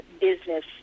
Business